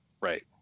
right